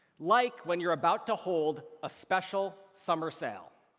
like when you're about to hold a special summer sale.